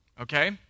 okay